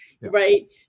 right